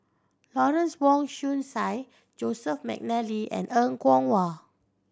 Lawrence Wong Shyun Tsai Joseph McNally and Er Kwong Wah